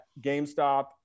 GameStop